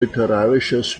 literarisches